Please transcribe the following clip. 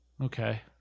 Okay